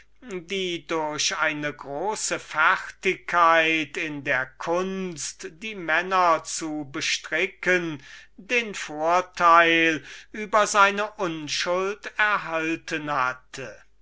welche von einer großen fertigkeit in der kunst die herzen zu bestricken den vorteil über seine unschuld erhalten hatte